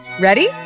Ready